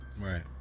right